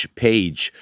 page